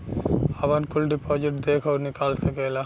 आपन कुल डिपाजिट देख अउर निकाल सकेला